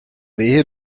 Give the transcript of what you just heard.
wehe